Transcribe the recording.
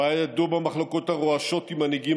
הוא היה ידוע במחלוקות הרועשות עם מנהיגים